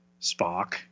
Spock